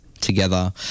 together